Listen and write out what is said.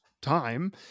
time